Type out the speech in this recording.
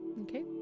Okay